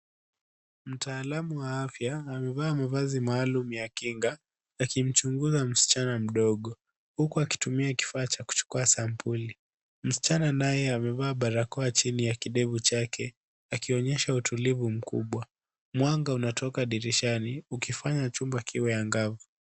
Mtaalamu wa afya amevaa mavazi maalum ya kinga akimchunguza msichana mdogo huku akitumia kifaa cha kuchukua sampuli. Msichana naye amevaa barakoa chini ya kidevu chake akionyesha utulivu mkubwa. Mwanga unatoka dirishani ukifanya chumba kiwe angavu.